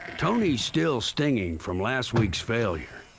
tony's still stinging from last week's failure.